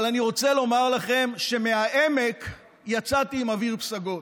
אבל אני רוצה לומר לכם שמהעמק יצאתי עם אוויר פסגות.